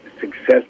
success